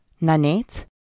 Nanette